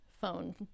phone